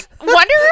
wonder